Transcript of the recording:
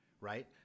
right